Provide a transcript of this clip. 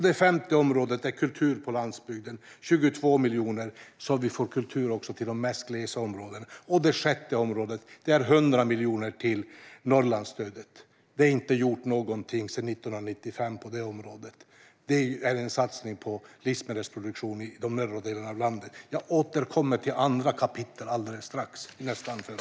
Det femte området är kultur på landsbygden. Det får 22 miljoner om året så att vi får kultur också till de mest glesa områdena. Det sjätte området är Norrlandsstödet, som får 100 miljoner. Det har inte gjorts något på det området sedan 1995. Det är en satsning på livsmedelsproduktion i de övre delarna av landet. Jag återkommer till andra kapitel i mitt nästa anförande.